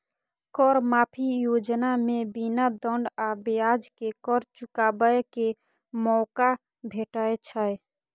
कर माफी योजना मे बिना दंड आ ब्याज के कर चुकाबै के मौका भेटै छै